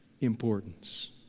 importance